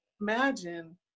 imagine